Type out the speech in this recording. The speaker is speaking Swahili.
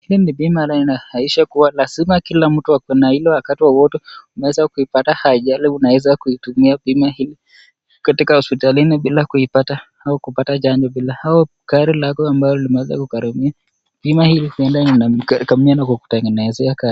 Hii ni bima inahakikisha kuwa kila mtu akona hilo wakati wowote unaweza ukaipata ajali ,unaweza kuitumia bima hii katika hospitalini bila kuipata au kupata chanjo au karo lako ambalo limeweza kugharamia .Bima hii inakughramia na kukutengenezea kadi .